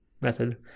method